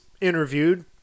interviewed